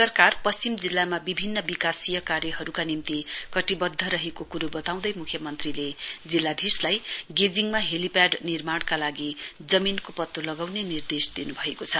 सरकार पश्चिम जिल्लामा विभिन्न विकासीय कार्यहरूका निम्ति कटिबद्ध रहेको क्रो बताउँदै मुख्यमन्त्रीले जिल्लाधीशलाई गेजिङमा हेलीप्या निर्माणका लागि जमीनको पत्तो लगाउने निर्देश दिन्भएको छ